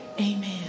Amen